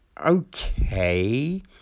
okay